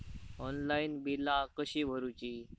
Online बिला कशी भरूची?